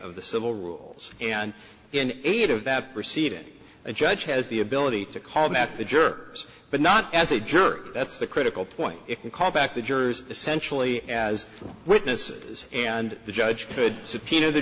of the civil rules and in eight of that proceeding a judge has the ability to call back the jurors but not as a juror that's the critical point if you call back the jurors essentially as witnesses and the judge could subpoena the